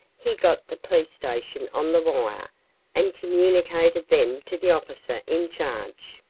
he got the police station on the wire and communicated them to the officer in charge.